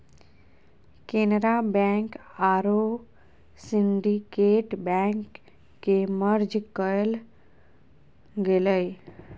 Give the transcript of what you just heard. Canara bank आरो Syndicate bank के merge कइल गेलय